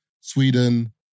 Sweden